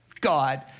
God